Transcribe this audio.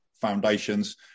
foundations